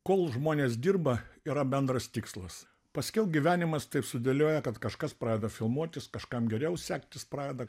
kol žmonės dirba yra bendras tikslas paskiau gyvenimas taip sudėlioja kad kažkas pradeda filmuotis kažkam geriau sektis pradeda